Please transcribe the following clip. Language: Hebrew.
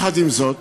עם זאת,